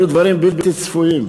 אלו דברים בלתי צפויים.